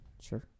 sure